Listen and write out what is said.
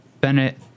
Bennett